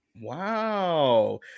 Wow